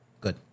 Good